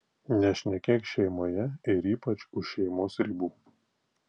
nešnekėk šeimoje ir ypač už šeimos ribų